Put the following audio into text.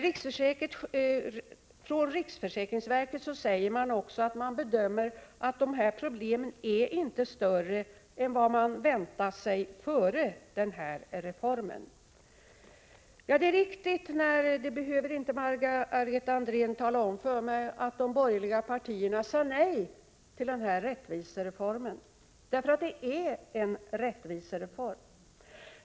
Riksförsäkringsverket bedömer att problemen inte är större än man väntade sig före reformen. Det är riktigt — det behöver inte Margareta Andrén tala om för mig — att de borgerliga partierna sade nej till denna rättvisereform. Det är en rättvisere form.